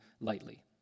lightly